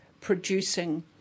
producing